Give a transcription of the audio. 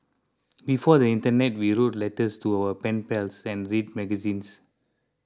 before the internet we wrote letters to our pen pals send read magazines